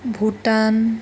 Bhutan